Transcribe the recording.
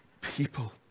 people